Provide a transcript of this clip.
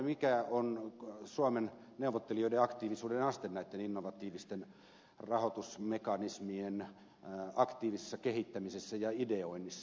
mikä on suomen neuvottelijoiden aktiivisuuden aste näitten innovatiivisten rahoitusmekanismien aktiivisessa kehittämisessä ja ideoinnissa